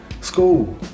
school